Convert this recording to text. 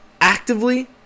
actively